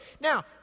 now